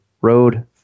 road